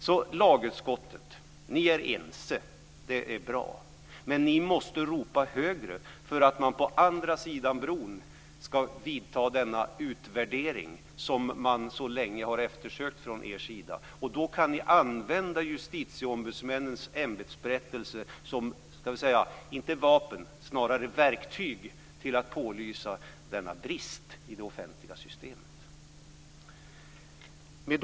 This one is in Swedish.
Det är bra att ni är ense i lagutskottet, men ni måste ropa högre för att man på andra sidan bron ska genomföra den utvärdering som ni så länge har eftersökt. Då kan ni använda justitieombudsmännens ämbetsberättelser om inte som vapen så snarare som verktyg för att påvisa den brist som här finns i det offentliga systemet.